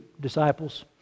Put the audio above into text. disciples